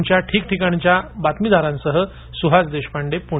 आमच्या ठिकठिकाणच्या बातमीदारांसह सुहास देशपांडे पुणे